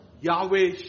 Yahweh